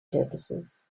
purposes